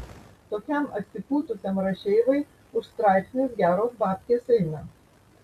tokiam atsipūtusiam rašeivai už straipsnius geros babkės eina